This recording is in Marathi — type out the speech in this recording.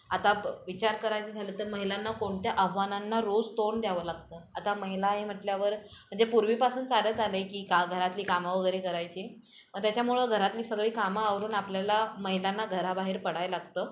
आता प विचार करायचं झालं तर महिलांना कोणत्या आव्हानांना रोज तोंड द्यावं लागतं आता महिला आहे म्हटल्यावर म्हणजे पूर्वीपासून चालत आले की का घरातली कामं वगैरे करायची मग त्याच्यामुळं घरातली सगळी कामावरून आपल्याला महिलांना घराबाहेर पडायला लागतं